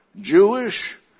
Jewish